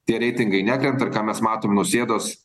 tie reitingai nekrenta ir ką mes matom nausėdos